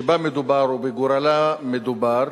שבה מדובר ובגורלה מדובר.